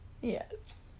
Yes